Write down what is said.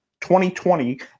2020